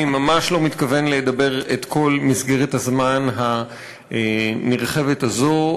אני ממש לא מתכוון לדבר בכל מסגרת הזמן הנרחבת הזאת.